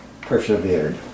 persevered